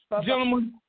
gentlemen